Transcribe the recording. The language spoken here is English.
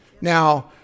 Now